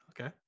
Okay